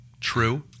true